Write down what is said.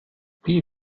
wie